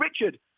Richard